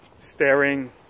staring